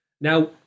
Now